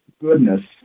goodness